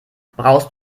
brauchst